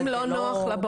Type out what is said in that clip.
לא נוח לה,